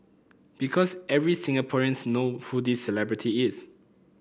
because every Singaporeans know who this celebrity is